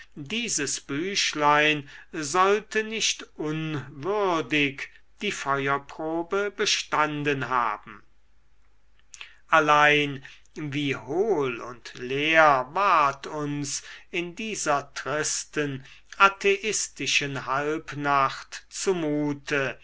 dieses büchlein sollte nicht unwürdig die feuerprobe bestanden haben allein wie hohl und leer ward uns in dieser tristen atheistischen halbnacht zu mute